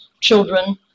children